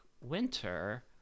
winter